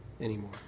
anymore